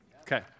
Okay